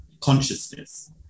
consciousness